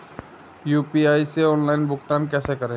UPI से online भुगतान कैसे करें?